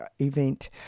event